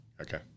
Okay